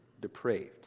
depraved